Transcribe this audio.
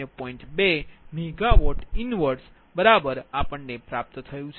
2 MW 1 બરાબર છે